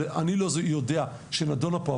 שלא ידוע לי שנדונה פה,